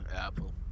apple